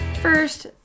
first